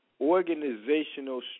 organizational